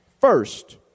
first